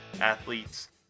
athletes